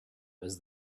was